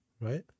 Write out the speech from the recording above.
right